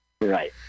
Right